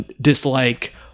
dislike